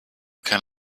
can